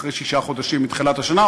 אחרי שישה חודשים מתחילת השנה,